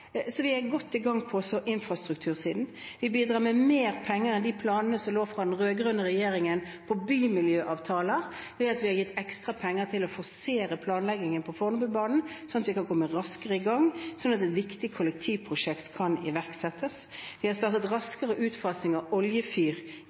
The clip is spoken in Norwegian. så vi er godt i gang også på infrastruktursiden. Vi bidrar med mer penger enn i planene som lå igjen etter den rød-grønne regjeringen når det gjelder bymiljøavtaler, ved at vi har gitt ekstra penger til å forsere planleggingen på Fornebubanen, slik at vi kan komme raskere i gang og viktige kollektivprosjekter kan iverksettes. Vi har startet raskere utfasing av oljefyr